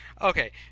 Okay